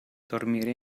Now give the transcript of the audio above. dormire